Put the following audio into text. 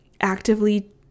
actively